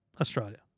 australia